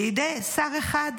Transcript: בידי שר אחד,